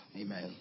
Amen